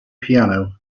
piano